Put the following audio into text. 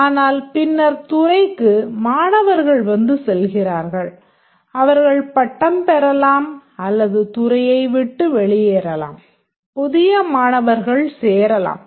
ஆனால் பின்னர் துறைக்கு மாணவர்கள் வந்து செல்கிறார்கள் அவர்கள் பட்டம் பெறலாம் அல்லது துறையை விட்டு வெளியேறலாம் புதிய மாணவர்கள் சேரலாம்